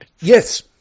Yes